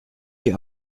die